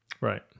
Right